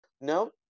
No